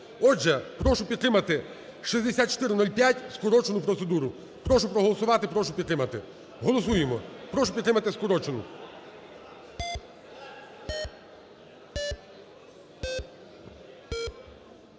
Отже, прошу підтримати, 6405 скорочену процедуру. Прошу проголосувати, прошу підтримати. Голосуємо. Прошу підтримати скорочену.